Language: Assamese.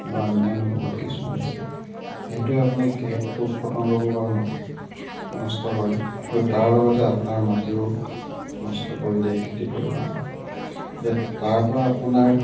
বা অন্যান্য বহুত কিছুমান আছে সেইটোৱে আপোনাক এই পোক পতংগৰ পৰা নষ্ট কৰে কিন্তু তাৰ লগতে আপোনাৰ মাটিও নষ্ট কৰি দিয়ে খেতি কৰিবৰ কাৰণে ইয়াত তাৰ পৰা আপোনাৰ